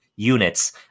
units